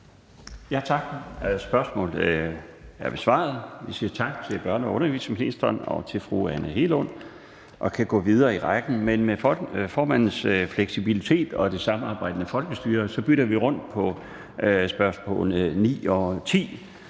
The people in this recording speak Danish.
Tak. Spørgsmålet er sluttet. Vi siger tak til børne- og undervisningsministeren og til fru Anne Hegelund og kan gå videre i rækken af spørgsmål. Men med formandens fleksibilitet og det samarbejdende folkestyre bytter vi rundt på spørgsmål nr. 9 og